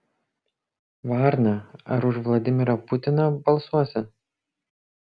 varna ar už vladimirą putiną balsuosi